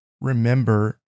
remember